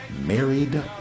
married